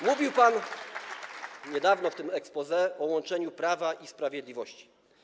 Mówił pan niedawno w exposé o łączeniu prawa i sprawiedliwości.